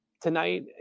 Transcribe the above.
Tonight